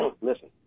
listen